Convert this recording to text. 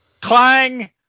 Clang